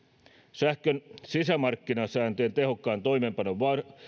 sähkön sisämarkkinasääntöjen tehokkaan toimeenpanon